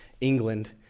England